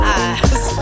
eyes